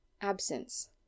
absence